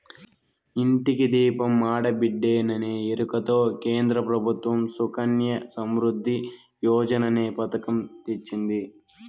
ఇంటికి దీపం ఆడబిడ్డేననే ఎరుకతో కేంద్ర ప్రభుత్వం సుకన్య సమృద్ధి యోజననే పతకం తెచ్చింది